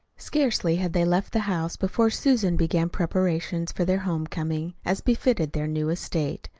scarcely had they left the house before susan began preparations for their home-coming, as befitted their new estate.